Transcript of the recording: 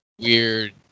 Weird